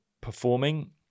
performing